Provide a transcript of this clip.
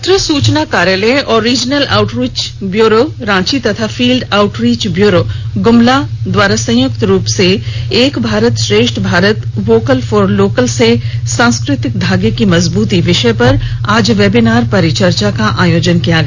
पत्र सुचना कार्यालय और रीजनल आउटरीच ब्यूरो रांची तथा फील्ड आउटरीच ब्यूरो गुमला के संयुक्त तत्वावधान में एक भारत श्रेष्ठ भारतः वोकल फॉर लोकल से सांस्कृतिक धागे की मजदूती विषय पर आज वेबिनार परिचर्चा का आयोजन किया गया